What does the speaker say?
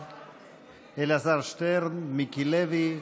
אלעזר שטרן, מיקי לוי.